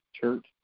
Church